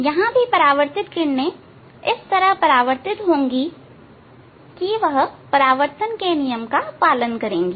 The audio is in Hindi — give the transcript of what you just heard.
यहां भी परावर्तित किरणें इस तरह परावर्तित होंगी कि वह परावर्तन के नियम का पालन करेंगी